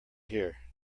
here